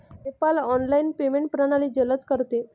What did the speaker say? PayPal online payment प्रणाली जलद करते